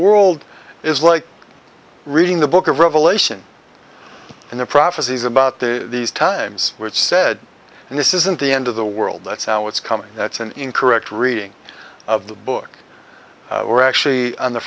world is like reading the book of revelation in the prophecies about the these times which said and this isn't the end of the world that's how it's coming that's an incorrect reading of the book we're actually on the